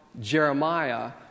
Jeremiah